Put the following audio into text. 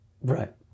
Right